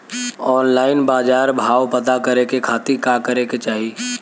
Online बाजार भाव पता करे के खाती का करे के चाही?